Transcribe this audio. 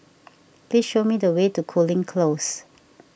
please show me the way to Cooling Close